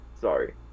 sorry